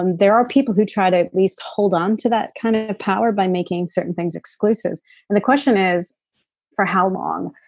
and there are people who try to at least hold on to that kind of power by making certain things exclusive and the question is for how long.